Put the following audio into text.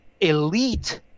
elite